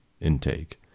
intake